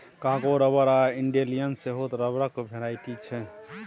Congo rubber आ dandelion सेहो रबरक भेराइटी छै